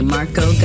Marco